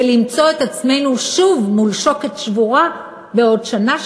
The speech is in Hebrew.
ולמצוא את עצמנו שוב מול שוקת שבורה בעוד שנה,